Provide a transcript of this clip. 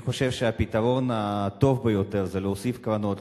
אני חושב שהפתרון הטוב ביותר זה להוסיף קרונות,